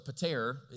pater